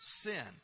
sin